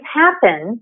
happen